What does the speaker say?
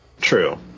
True